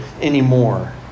anymore